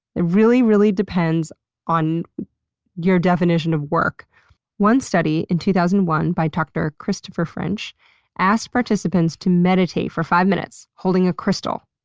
it really, really depends on your definition of work one study in two thousand and one by dr christopher french asked participants to meditate for five minutes holding a crystal.